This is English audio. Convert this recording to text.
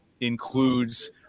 includes